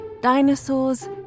dinosaurs